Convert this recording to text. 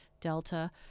Delta